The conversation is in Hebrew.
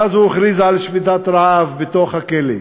ואז הוא הכריז על שביתת רעב בתוך הכלא.